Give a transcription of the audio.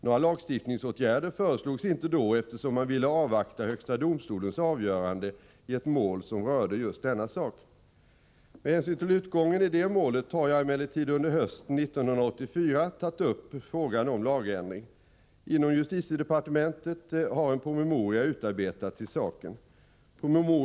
Några lagstiftningsåtgärder föreslogs inte då, eftersom man ville avvakta högsta domstolens avgörande i ett mål som rörde just denna sak. Med hänsyn till utgången i det målet har jag emellertid under hösten 1984 tagit upp frågan om lagändring. Inom justitiedepartementet har en promemoria utarbetats i saken.